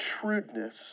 shrewdness